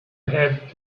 have